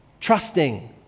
trusting